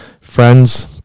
Friends